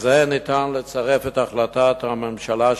לזה ניתן לצרף את החלטת הממשלה,